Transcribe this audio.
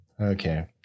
okay